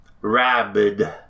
Rabid